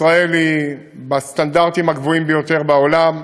ישראל היא בסטנדרטים הגבוהים ביותר בעולם,